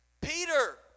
Peter